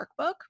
workbook